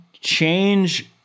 change